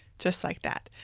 just like that.